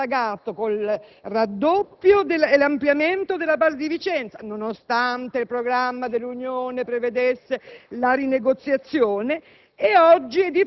che è stato ripagato con il raddoppio e l'ampliamento della base di Vicenza, nonostante il programma dell'Unione prevedesse la rinegoziazione.